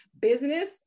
business